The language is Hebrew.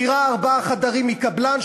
דירת ארבעה חדרים מקבלן,